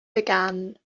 began